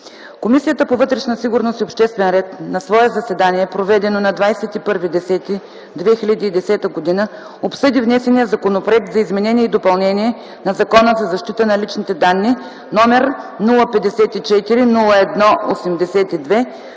Комисията по вътрешна сигурност и обществен ред на свое заседание, проведено на 21 октомври 2010 г., обсъди внесения Законопроект за изменение и допълнение на Закона за защита на личните данни, № 054-01-82,